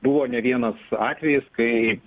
buvo ne vienas atvejis kai